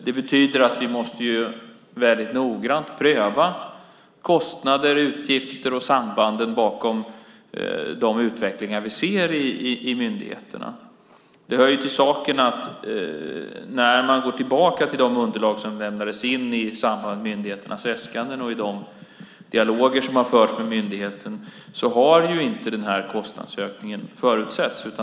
Det betyder att vi väldigt noggrant måste pröva kostnader och utgifter och sambanden bakom de utvecklingar vi ser i myndigheterna. Det hör till saken att i de underlag som lämnades in i samband med myndigheternas äskanden och de dialoger som har förts med myndigheten har inte den här kostnadsökningen förutsetts.